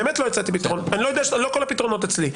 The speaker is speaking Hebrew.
לא כל הפתרונות אצלי.